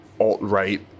alt-right